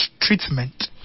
treatment